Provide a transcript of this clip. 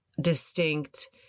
distinct